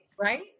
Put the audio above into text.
right